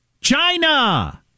China